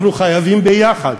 אנחנו חייבים ביחד